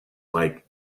like